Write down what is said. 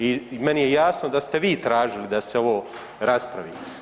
I meni je jasno da ste vi tražili da se ovo raspravi.